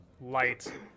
light